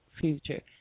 future